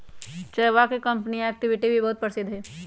चयवा के कंपनीया एक्टिविटी भी बहुत प्रसिद्ध हई